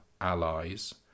allies